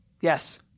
yes